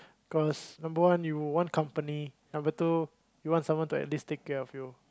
cause number one you want company number two you want someone to at least take care of you